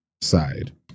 side